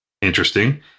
Interesting